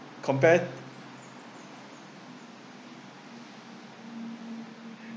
compared